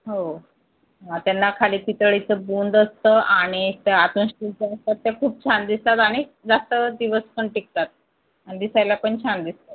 हो त्यांना खाली पितळीचं बुंद असतं आणि आतून स्टीलचं असतं खूप छान दिसतात आणि जास्त दिवस पण टिकतात अन दिसायला पण छान दिसतात